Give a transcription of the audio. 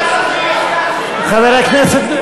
אתה יכול להיות רשימה הזויה ולהיכנס לכנסת.